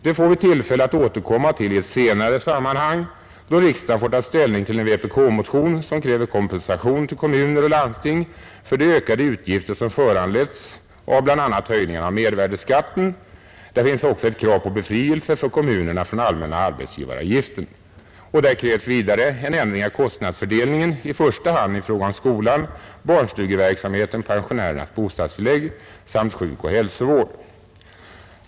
Det får vi tillfälle att återkomma till i ett senare sammanhang, då riksdagen får ta ställning till en vpk-motion med krav på kompensation till kommuner och landsting för de ökade utgifter, som föranletts bl.a. av höjningarna av mervärdeskatten, och på befrielse för kommunerna från den allmänna arbetsgivaravgiften. Där krävs vidare en ändring av kostnadsfördelningen i första hand i fråga om skolan, barnstugeverksamheten, pensionärernas bostadstillägg samt sjukoch hälsovården.